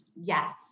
Yes